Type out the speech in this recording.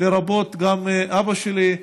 לרבות אבא שלי.